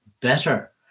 better